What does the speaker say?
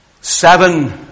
seven